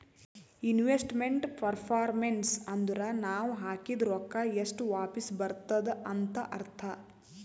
investment performance ಅಂದುರ್ ನಾವ್ ಹಾಕಿದ್ ರೊಕ್ಕಾ ಎಷ್ಟ ವಾಪಿಸ್ ಬರ್ತುದ್ ಅಂತ್ ಅರ್ಥಾ